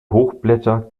hochblätter